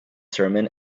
sermon